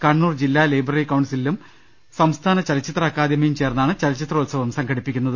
കണ്ണൂർ ജില്ലാ ലൈബ്രറി കൌൺസിലും സംസ്ഥാന ചലച്ചി ത്ര അക്കാദമിയും ചേർന്നാണ് ചലച്ചിത്രോത്സവം സംഘടിപ്പിക്കുന്നത്